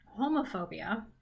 homophobia